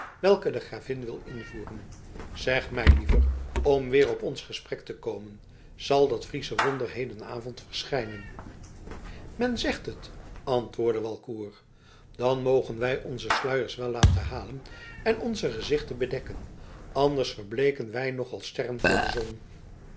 welke de gravin wil invoeren zeg mij liever om weer op ons gesprek te komen zal dat friesche wonder hedenavond verschijnen men zegt het antwoordde walcourt dan mogen wij onze sluiers wel laten halen en onze gezichten bedekken anders verbleeken wij nog als sterren voor de zon